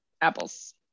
apples